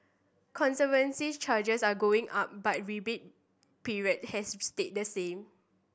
conservancy charges are going up but rebate period has stayed the same